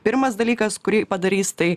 pirmas dalykas kurį padarys tai